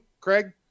Craig